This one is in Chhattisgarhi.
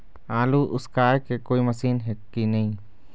आलू उसकाय के कोई मशीन हे कि नी?